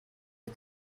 you